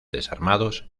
desarmados